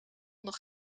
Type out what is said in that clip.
nog